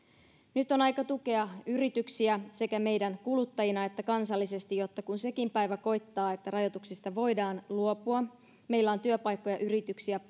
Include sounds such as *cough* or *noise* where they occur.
nyt on aika tukea yrityksiä sekä meidän kuluttajina että kansallisesti jotta kun sekin päivä koittaa että rajoituksista voidaan luopua meillä on työpaikkoja yrityksiä *unintelligible*